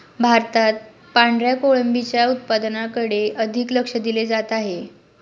भारतात पांढऱ्या कोळंबीच्या उत्पादनाकडे अधिक लक्ष दिले जात आहे